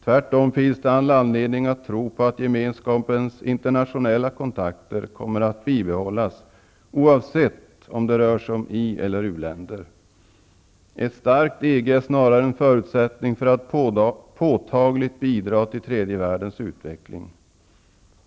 Tvärtom finns det all anledning att tro på att Gemenskapens internationella kontakter kommer att bibehållas oavsett om det rör sig om ieller u-länder. Ett starkt EG är snarare en förutsättning för att påtagligt bidra till tredje världens utveckling.